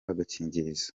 agakingirizo